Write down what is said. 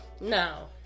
No